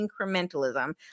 incrementalism